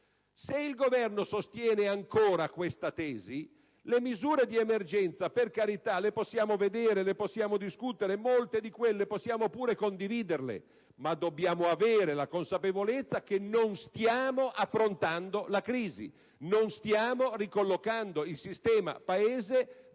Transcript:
Se il Governo sostiene ancora questa tesi - le misure di emergenza, per carità, le possiamo vedere e discutere, molte di quelle le possiamo anche condividere - dobbiamo avere la consapevolezza che non stiamo affrontando la crisi, non stiamo ricollocando il sistema Paese dentro